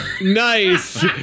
Nice